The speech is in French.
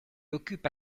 occupe